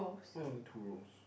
mine only two rows